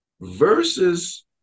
versus